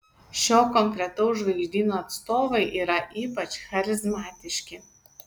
šio konkretaus žvaigždyno atstovai yra ypač charizmatiški